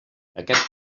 aquest